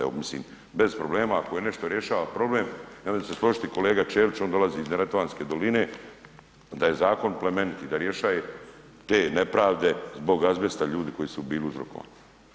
Evo mislim bez problema, ako je nešto rješava problem, ja mislim da će se složiti i kolega Ćelić on dolazi iz Neretvanske doline, da je zakon plemenit i da rješaje te nepravde zbog azbesta, ljudi koji su bili uzrokovani.